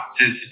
toxicity